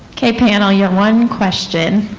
okay panel, you have one question.